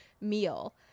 meal